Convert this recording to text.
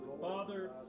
Father